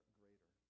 greater